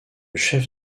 chef